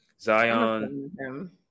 Zion